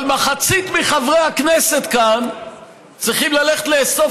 אבל מחצית מחברי הכנסת כאן צריכים ללכת לאסוף